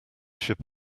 ship